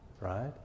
right